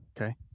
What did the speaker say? Okay